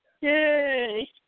yay